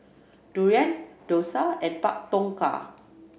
Durian Dosa and Pak Thong Ka